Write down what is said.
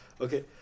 Okay